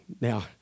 Now